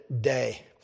day